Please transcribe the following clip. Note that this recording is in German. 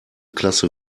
klasse